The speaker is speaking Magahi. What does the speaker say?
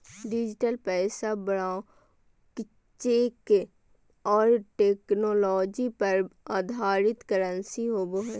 डिजिटल पैसा ब्लॉकचेन और टेक्नोलॉजी पर आधारित करंसी होवो हइ